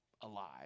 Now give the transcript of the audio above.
alive